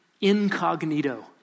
incognito